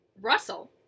Russell